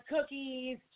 cookies